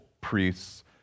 priests